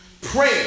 prayer